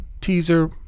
teaser